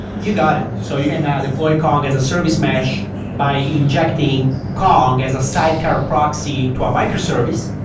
you got it. so you can ah deploy kong as a service mesh by injecting kong as a sidecar proxy to a microservice,